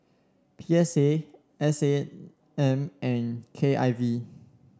P S A S A M and K I V